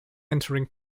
entering